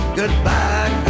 goodbye